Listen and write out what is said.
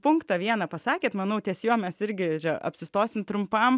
punktą vieną pasakėt manau ties juo mes irgi apsistosim trumpam